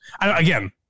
Again